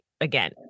again